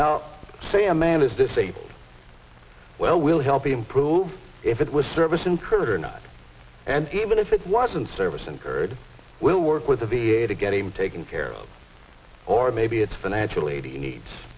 now say a man is disabled well will help improve if it was service incurred or not and even if it wasn't service incurred we'll work with the v a to get him taken care of or maybe it's financial aid he needs